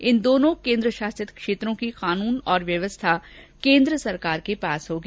इन दोनों कोन्द्र शासित क्षेत्रों की कानून और व्यवस्था केन्द्र सरकार के पास होगी